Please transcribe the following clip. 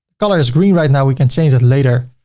color is green right now, we can change that later.